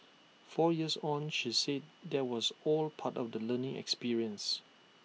four years on she said that was all part of the learning experience